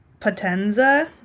Potenza